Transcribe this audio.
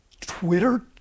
Twitter